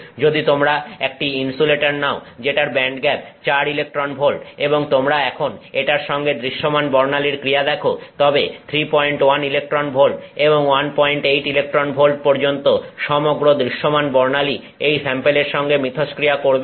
যদি তোমরা একটি ইনসুলেটর নাও যেটার ব্যান্ডগ্যাপ 4 ইলেকট্রন ভোল্ট এবং তোমরা এখন এটার সঙ্গে দৃশ্যমান বর্ণালীর ক্রিয়া দেখো তবে 31 ইলেকট্রন ভোল্ট থেকে 18 ইলেকট্রন ভোল্ট পর্যন্ত সমগ্র দৃশ্যমান বর্ণালী এই স্যাম্পেলের সঙ্গে মিথস্ক্রিয়া করবে না